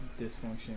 dysfunction